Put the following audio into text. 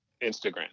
Instagram